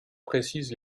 précise